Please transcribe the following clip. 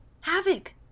Havoc